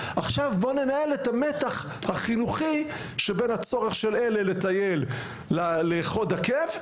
עכשיו בוא ננהל את המתח החינוכי שבין הצורך של אלה לטייל לחוד עקב,